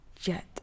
jet